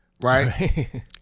Right